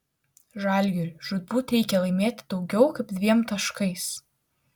žalgiriui žūtbūt reikia laimėti daugiau kaip dviem taškais